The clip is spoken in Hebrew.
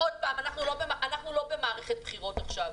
עוד פעם, אנחנו לא במערכת בחירות עכשיו.